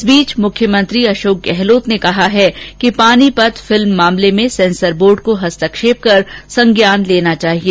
इस बीच मुख्यमंत्री अशोक गहलोत ने कहा है कि पानीपत फिल्म मामले में सेंसर बोर्ड को हस्तक्षेप कर संज्ञान लेना चाहिए